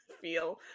feel